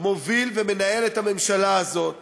מוביל ומנהל את הממשלה הזאת